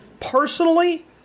Personally